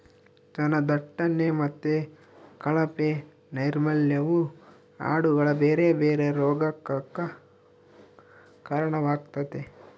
ಜನದಟ್ಟಣೆ ಮತ್ತೆ ಕಳಪೆ ನೈರ್ಮಲ್ಯವು ಆಡುಗಳ ಬೇರೆ ಬೇರೆ ರೋಗಗಕ್ಕ ಕಾರಣವಾಗ್ತತೆ